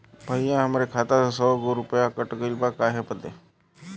भईया हमरे खाता मे से सौ गो रूपया कट गइल बा काहे बदे?